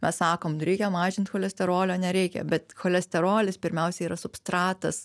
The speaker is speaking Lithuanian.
mes sakom reikia mažint cholesterolio nereikia bet cholesterolis pirmiausiai yra substratas